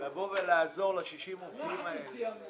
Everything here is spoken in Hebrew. ולעזור ל-60 העובדים האלה.